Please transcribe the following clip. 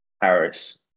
Harris